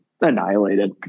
annihilated